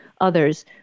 others